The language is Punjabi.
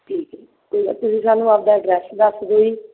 ਠੀਕ ਹੈ ਜੀ ਕੋਈ ਨਾ ਤੁਸੀਂ ਸਾਨੂੰ ਆਪਣਾ ਐਡਰੈਸ ਦੱਸ ਦਿਓ ਜੀ